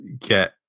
get